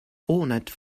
ornate